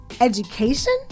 education